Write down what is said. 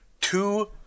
two